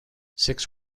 six